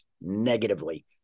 negatively